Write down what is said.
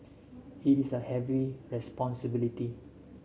it is a heavy responsibility